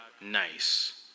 nice